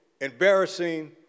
embarrassing